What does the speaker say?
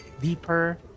deeper